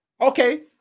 Okay